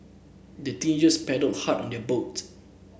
the teenagers paddled hard on their boat